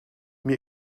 mir